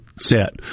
set